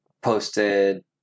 posted